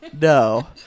No